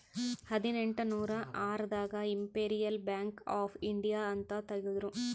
ಹದಿನೆಂಟನೂರ ಆರ್ ದಾಗ ಇಂಪೆರಿಯಲ್ ಬ್ಯಾಂಕ್ ಆಫ್ ಇಂಡಿಯಾ ಅಂತ ತೇಗದ್ರೂ